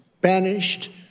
banished